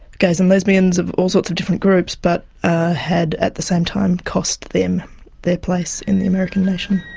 gays and lesbians, of all sorts of different groups, but ah had at the same time cost them their place in the american nation.